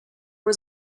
was